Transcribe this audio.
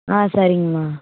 ஆ சரிங்கம்மா